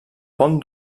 pont